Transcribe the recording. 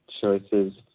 choices